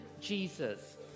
Jesus